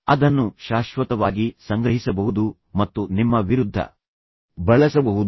ಅದನ್ನು ಶಾಶ್ವತವಾಗಿ ಸಂಗ್ರಹಿಸಬಹುದು ಮತ್ತು ನಿಮ್ಮ ವಿರುದ್ಧ ಬಳಸಬಹುದು